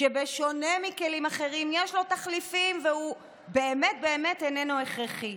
שבשונה מכלים אחרים יש לו תחליפים והוא באמת באמת איננו הכרחי,